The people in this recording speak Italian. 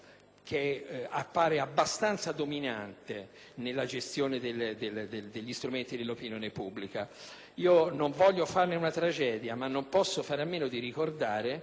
che appare abbastanza dominante nella gestione degli strumenti dell'opinione pubblica. Non voglio farne una tragedia, ma non posso fare a meno di ricordare